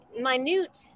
minute